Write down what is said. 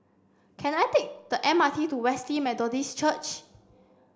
can I take the M R T to Wesley Methodist Church